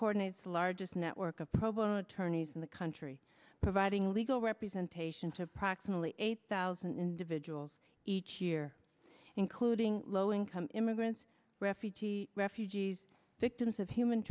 coordinates the largest network of problem attorneys in the country providing legal representation to approximately eight thousand individuals each year including low income immigrants refugee refugees victims of human